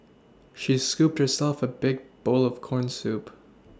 she scooped herself a big bowl of corn soup